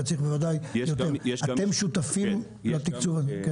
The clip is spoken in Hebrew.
אתם שותפים לתקצוב הזה?